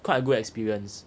quite a good experience